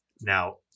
Now